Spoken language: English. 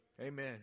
Amen